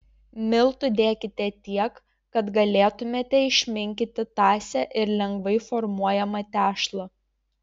miltų dėkite tiek kad galėtumėte išminkyti tąsią ir lengvai formuojamą tešlą